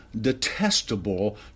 detestable